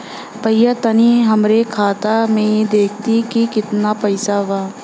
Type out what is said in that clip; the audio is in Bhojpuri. भईया तनि हमरे खाता में देखती की कितना पइसा बा?